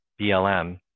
BLM